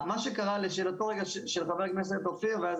מה שקרה זה שבאותו רגע שחבר הכנסת אופיר ואז